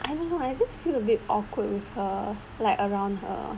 I don't know I just feel a bit awkward with her like around her